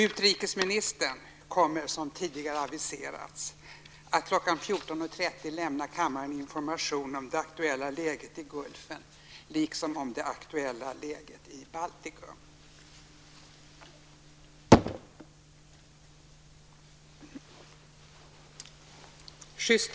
Utrikesminister Sten Andersson kommer som tidigare aviserats att kl 14.30 lämna kammaren information om det aktuella läget i Gulfen liksom om det aktuella läget i Baltikum.